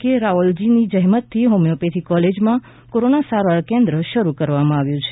કે રાઔલજીની જહેમત થી હોમિયોપેથી કોલેજમાં કોરોના સારવાર કેન્દ્ર શરૂ કરવામાં આવ્યું છે